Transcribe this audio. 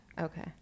Okay